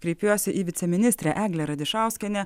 kreipiuosi į viceministrę eglę radišauskienę